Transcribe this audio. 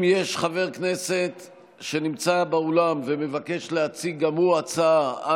אם יש חבר כנסת שנמצא באולם ומבקש להציג גם הוא הצעה,